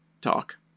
talk